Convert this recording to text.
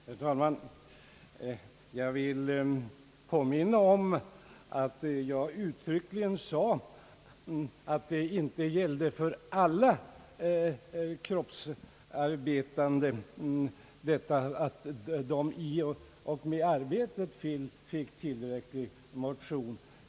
Herr talman! Jag vill påminna om att jag uttryckligen sade att det inte gäller för alla kroppsarbetande att de i och med arbetet får tillräcklig motion.